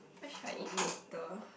what should I eat later